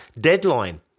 deadline